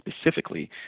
specifically